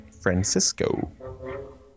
Francisco